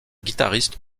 guitariste